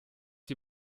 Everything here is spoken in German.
die